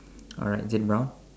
alright is it brown